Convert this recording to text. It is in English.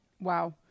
Wow